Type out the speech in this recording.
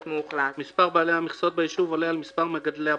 מאוכלס," " מספר בעלי המכסות ביישוב עולה על מספר מגדלי הפטם,